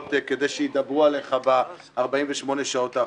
כדי שידברו עליך ב-48 השעות האחרונות.